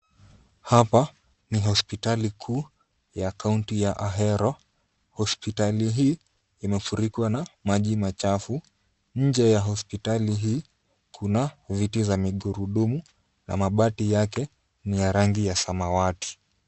Hapa ni hospitali kuu ya kaunti ya Ahero. Hospitali hii imefurikwa na maji machafu. Nje ya hospitali hii, kuna viti za migurudumu na mabati yake ni ya rangi ya samawati.